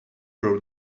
wrote